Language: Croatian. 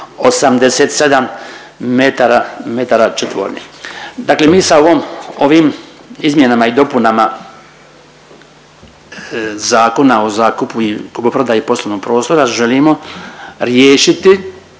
metara četvornih. Dakle mi sa ovom, ovim izmjenama i dopunama Zakona o zakupu i kupoprodaji poslovnog prostora želimo riješiti